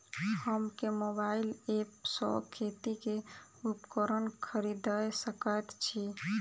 हम केँ mobile app सँ खेती केँ उपकरण खरीदै सकैत छी?